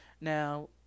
Now